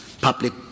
Public